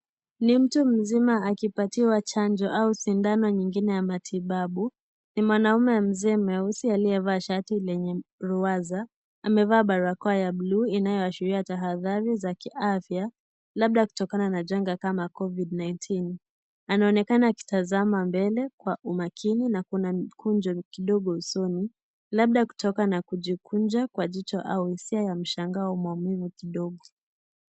Ni mtu mzima akipatiwa chanjo au sindano nyingine ya matibabu, ni mwanaume mzee mweusi aliyevaa shati lenye ruhaza, amevaa barakoa ya buluu inayoashiria tahadhari za kiafya labda kutokana na changa kama covidi 19 , anaonekana akitazama mbele kwa umakini na kuna mikunjo kidogo usoni labda kutoka na kujikunja kwa jicho au hisia ya mshangao maumivu kidogo.